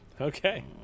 Okay